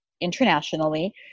internationally